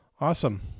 Awesome